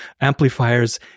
amplifiers